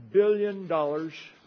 billion dollars